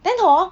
then hor